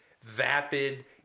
vapid